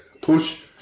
push